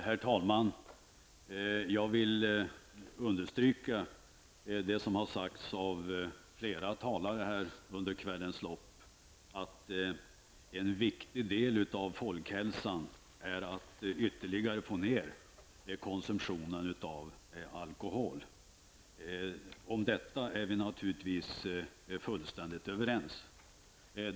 Herr talman! Jag vill understryka det som har sagts av flera talare här under kvällens lopp, att en viktig del av folkhälsoarbetet är att ytterligare få ner konsumtionen av alkohol. Om detta är vi naturligtvis fullständigt överens.